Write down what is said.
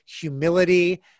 humility